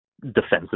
defensive